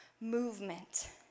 movement